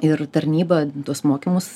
ir tarnyba tuos mokymus